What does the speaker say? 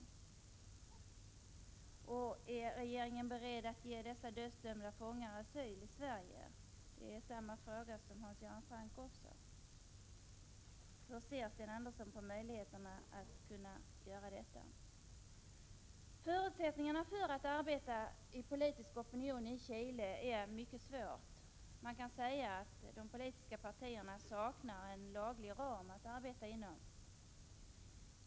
Är regeringen beredd att ge dessa dödsdömda fångar asyl i Sverige? Det är samma fråga som Hans Göran Franck hade. Förutsättningarna för att arbeta med politisk opinion i Chile är mycket svåra. Man kan säga att de politiska partierna saknar en laglig ram att arbeta inom.